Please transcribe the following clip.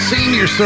Senior